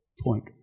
point